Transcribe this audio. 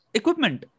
equipment